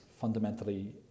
fundamentally